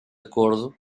acordo